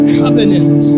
covenant